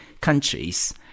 countries